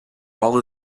all